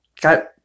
Got